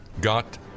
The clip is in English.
got